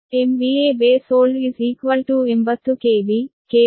ಆದ್ದರಿಂದ Bold 80KV Bold 10